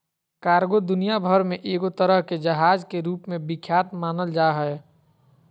cargo दुनिया भर मे एगो तरह के जहाज के रूप मे विख्यात मानल जा हय